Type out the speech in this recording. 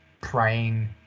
praying